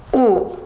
ooh,